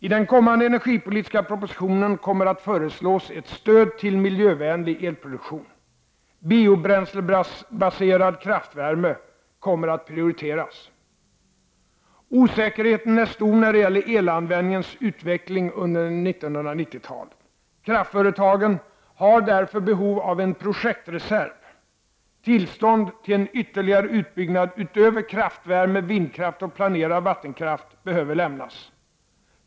I den kommande energipolitiska propositionen kommer att föreslås ett stöd till miljövänlig elproduktion. Biobränslebaserad kraftvärme kommer att prioriteras. Osäkerheten är stor när det gäller elanvändningens utveckling under 1990 talet. Kraftföretagen har därför behov av en projektreserv. Tillstånd till en ytterligare utbyggnad utöver kraftvärme, vindkraft och planerad vattenkraft behöver lämnas.